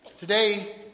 Today